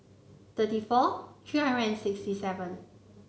thirty four three hundred and sixty seven